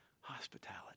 hospitality